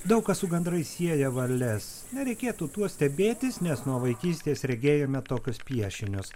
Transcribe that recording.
daug kas su gandrais sieja varles nereikėtų tuo stebėtis nes nuo vaikystės regėjome tokius piešinius